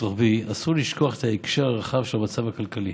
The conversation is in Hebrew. רוחבי אסור לשכוח את ההקשר הרחב של המצב הכלכלי.